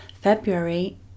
February